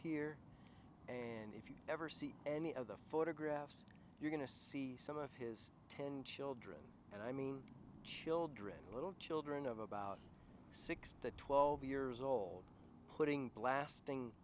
here and if you ever see any of the photographs you're going to see some of his ten children and i mean children and little children of about six to twelve years old putting blasting